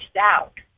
out